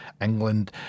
England